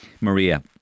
Maria